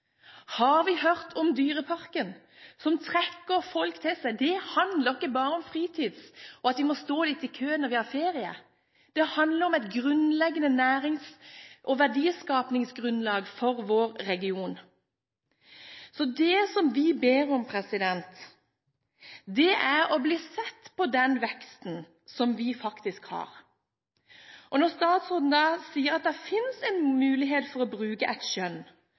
Har vi hørt om Dyreparken, som trekker folk til seg? Det handler ikke bare om fritid, og at vi må stå litt i kø når vi har ferie, det handler om et grunnleggende nærings- og verdiskapingsgrunnlag for vår region. Det vi ber om, er at det blir sett på den veksten som vi faktisk har. Når statsråden da sier at det finnes en mulighet for å bruke et skjønn,